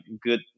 good